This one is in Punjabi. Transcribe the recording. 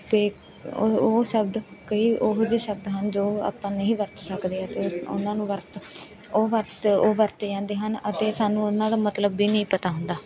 ਅਤੇ ਉਹ ਓ ਸ਼ਬਦ ਕਈ ਉਹੋ ਜਿਹੇ ਸ਼ਬਦ ਹਨ ਜੋ ਆਪਾਂ ਨਹੀਂ ਵਰਤ ਸਕਦੇ ਅਤੇ ਉਹਨਾਂ ਨੂੰ ਵਰਤ ਉਹ ਵਰਤ ਉਹ ਵਰਤੇ ਜਾਂਦੇ ਹਨ ਅਤੇ ਸਾਨੂੰ ਉਹਨਾਂ ਦਾ ਮਤਲਬ ਵੀ ਨਹੀਂ ਪਤਾ ਹੁੰਦਾ